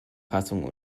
fassung